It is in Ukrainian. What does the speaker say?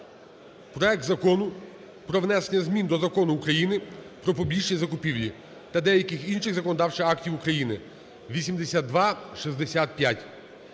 проект Закону про внесення змін до Закону України "Про публічні закупівлі" та деяких інших законодавчих актів України (8265).